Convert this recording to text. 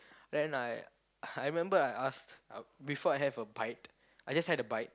then I I remember I ask uh before I have a bite I just had a bite